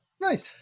nice